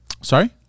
Sorry